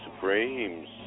Supremes